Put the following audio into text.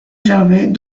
gervais